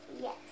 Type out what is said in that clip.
Yes